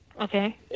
Okay